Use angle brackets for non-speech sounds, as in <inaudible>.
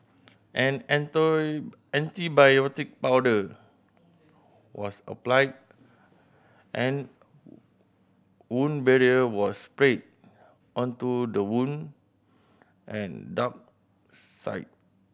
an <unintelligible> antibiotic powder was applied and wound barrier was sprayed onto the wound and dart site